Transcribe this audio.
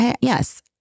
yes